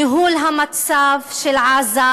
ניהול המצב של עזה,